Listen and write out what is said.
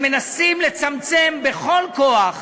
הם מנסים לצמצם בכל הכוח